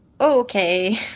okay